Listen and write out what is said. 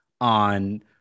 on